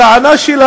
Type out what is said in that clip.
צריך,